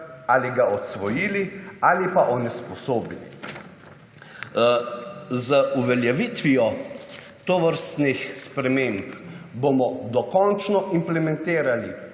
ali ga odsvojili ali pa onesposobili. Z uveljavitvijo tovrstnih sprememb bomo dokončno implementirali